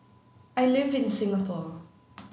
I live in Singapore